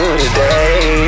today